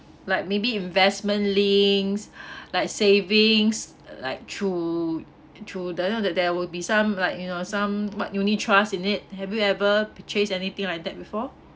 like maybe investment links like savings like through through the you know that there will be some like you know some what unit trust isn't it have you ever purchase anything like that before